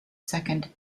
second